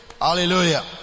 Hallelujah